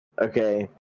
Okay